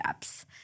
apps